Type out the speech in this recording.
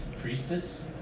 priestess